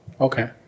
Okay